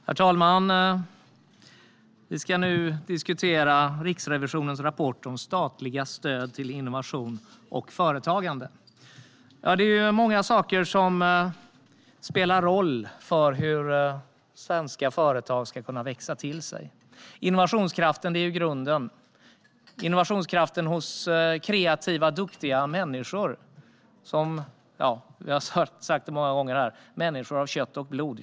Riksrevisionens rapport om statliga stöd till innovation och företagande Herr talman! Vi ska nu diskutera Riksrevisionens rapport om statliga stöd till innovation och företagande. Det är många saker som spelar roll för svenska företags förmåga att växa till sig. Innovationskraften är grunden. Det handlar om innovationskraften hos kreativa, duktiga människor av - det har jag sagt många gånger - kött och blod.